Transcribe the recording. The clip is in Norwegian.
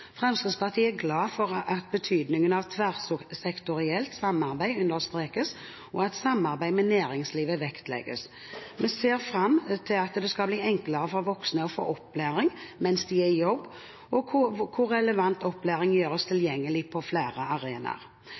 Fremskrittspartiet er glad for at betydningen av tverrsektorielt samarbeid understrekes, og at samarbeid med næringslivet vektlegges. Vi ser fram til at det skal bli enklere for voksne å få opplæring mens de er i jobb, og at relevant opplæring gjøres tilgjengelig på flere arenaer.